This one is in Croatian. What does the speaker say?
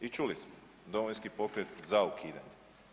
I čuli smo Domovinski pokret za ukidanje.